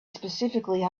specifically